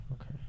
Okay